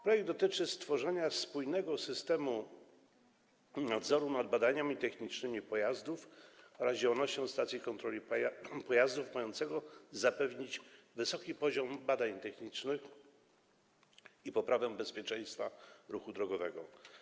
Projekt dotyczy stworzenia spójnego systemu nadzoru nad badaniami technicznymi pojazdów oraz działalnością stacji kontroli pojazdów mającego zapewnić wysoki poziom badań technicznych i poprawę bezpieczeństwa ruchu drogowego.